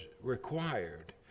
required